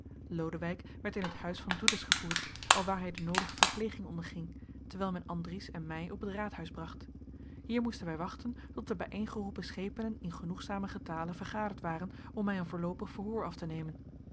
lodewijk werd in het huis van doedes gevoerd alwaar hij de noodige verpleging onderging terwijl men andries en mij op het raadhuis bracht hier moesten wij wachten tot de bijeengeroepen schepenen in genoegzamen getale vergaderd waren om mij een voorloopig verhoor af te nemen